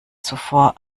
zuvor